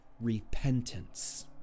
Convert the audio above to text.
repentance